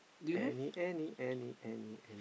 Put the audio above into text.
any any any